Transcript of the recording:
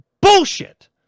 bullshit